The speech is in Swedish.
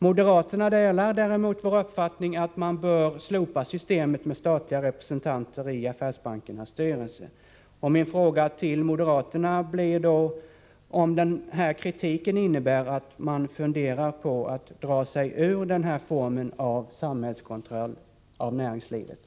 Moderaterna delar däremot vår uppfattning att man bör slopa systemet med statliga representanter i affärsbankernas styrelser. Min fråga till moderaterna blir då om den här kritiken innebär att man funderar på att dra sig ur den formen av samhällskontroll av näringslivet.